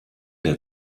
der